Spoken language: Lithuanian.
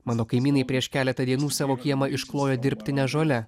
mano kaimynai prieš keletą dienų savo kiemą išklojo dirbtine žole